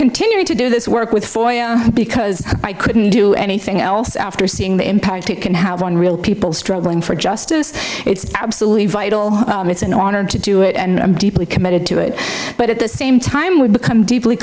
continuing to do this work with soy because i couldn't do anything else after seeing the impact it can have on real people struggling for justice it's absolutely vital it's an honor to do it and i'm deeply committed to it but at the same time we've become deeply